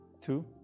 two